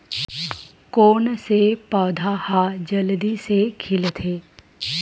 कोन से पौधा ह जल्दी से खिलथे?